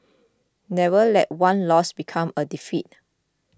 never let one loss become a defeat